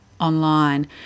online